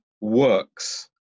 works